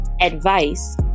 advice